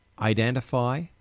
identify